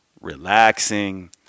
relaxing